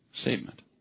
statement